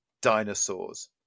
dinosaurs